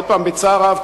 עוד פעם בצער רב,